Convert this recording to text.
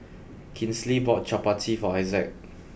Kinsley bought Chappati for Isaac